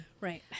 right